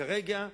כרגע,